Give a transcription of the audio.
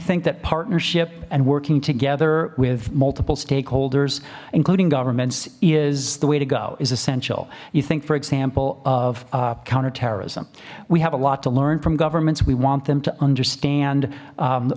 think that partnership and working together with multiple stakeholders including governments is the way to go is essential you think for example of counterterrorism we have a lot to learn from governments we want them to understand